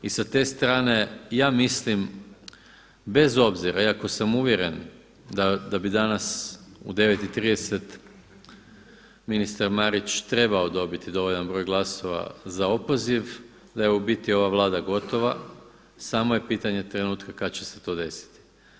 I sa te strane ja mislim bez obzira iako sam uvjeren da bi danas u 9,30 trebao dobiti dovoljan broj glasova za opoziv, da je u biti ova Vlada gotova, samo je pitanje trenutka kada će se to deseti.